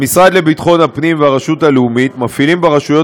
המשרד לביטחון הפנים והרשות הלאומית מפעילים ברשויות